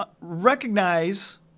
recognize